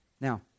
Now